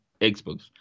Xbox